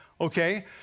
Okay